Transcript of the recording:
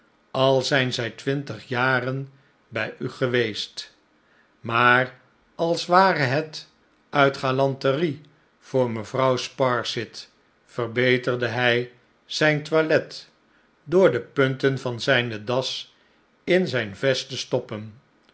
al zijn zij twintig jaren bij u geweest maar als ware het uit galanterie voor mevrouw sparsit verbeterde hij zijn toilet door de punten van zijne das in zijn vest te stoppen